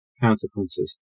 consequences